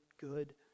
good